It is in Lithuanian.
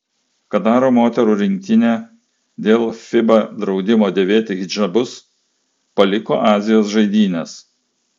kataro moterų rinktinė dėl fiba draudimo dėvėti hidžabus paliko azijos žaidynes